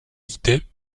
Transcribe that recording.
guittet